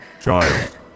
Child